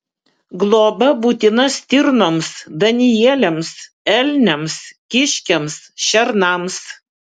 globa būtina stirnoms danieliams elniams kiškiams šernams